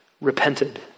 repented